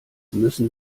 müssen